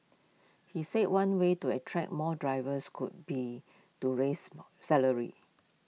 he said one way to attract more drivers could be to raise salaries